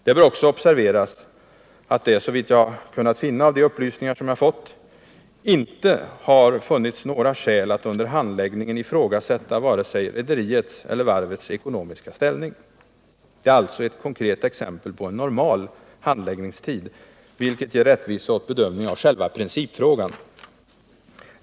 Det bör också observeras att det — såvitt jag kunnat finna av de upplysningar som jag fått — inte har funnits några skäl att under handläggningen ifrågasätta vare sig rederiets eller varvets ekonomiska ställning. Det är alltså ett konkret exempel på en normal handläggningstid, vilket ger rättvisa åt bedömning av själva principfrågan.